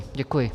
Děkuji.